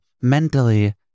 mentally